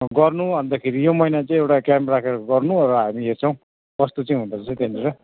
गर्नु अन्तखोरि यो महिना चाहिँ एउटा क्याम्प राखेर गर्नु र हामी हेर्छौँ कस्तो चाहिँ हुँदो रहेछ त्यहाँनिर